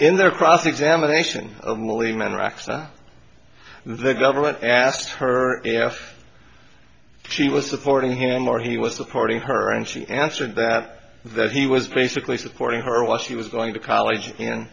in their cross examination only manner axa the government asked her if she was supporting him or he was supporting her and she answered that that he was basically supporting her while she was going to college in